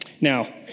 Now